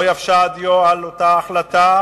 לא יבשה הדיו על אותה החלטה,